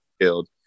killed